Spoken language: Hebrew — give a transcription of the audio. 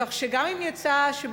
כך שגם אם זה יצא במקרה,